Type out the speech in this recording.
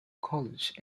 college